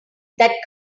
that